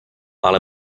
ale